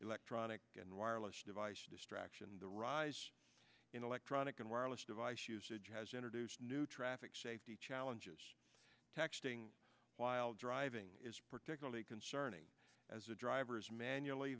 electronic and wireless device distraction the rise in electronic and wireless device usage has introduced new traffic safety challenges texting while driving is particularly concerning as a driver is manually